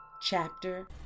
Chapter